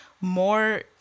more